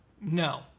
No